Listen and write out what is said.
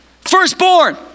Firstborn